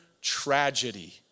tragedy